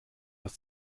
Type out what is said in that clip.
aus